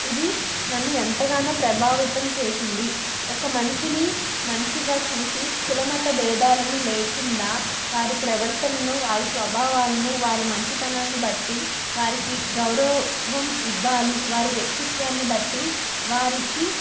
ఇది నన్ను ఎంతగానో ప్రభావితం చేసింది ఒక మనిషిని మనిషిగా చూసి కులమత బేధాలను లేకుండా వారి ప్రవర్తనను వారి స్వభావాలను వారి మంచితనాన్ని బట్టి వారికి గౌరవం ఇవ్వాలి వారి వ్యక్తిత్వాన్ని బట్టి వారికి